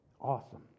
Awesome